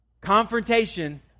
confrontation